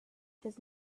does